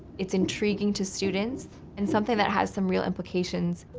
it's intriguing to students and something that has some real implications.